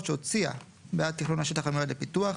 שהוציאה בעד תכנון השטח המיועד לפיתוח,